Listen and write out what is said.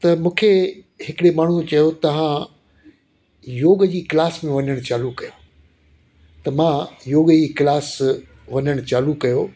त मूंखे हिकिड़े माण्हू चयो तव्हां योग जी क्लास में वञणु चालू कयो त मां योग जी क्लास वञणु चालू कयो